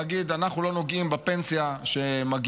להגיד: אנחנו לא נוגעים בפנסיה שמגיעה.